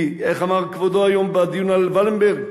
כי איך אמר כבודו היום בדיון על ולנברג?